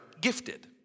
gifted